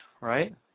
right